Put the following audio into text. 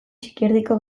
txikierdiko